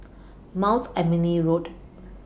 Mount Emily Road